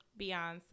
Beyonce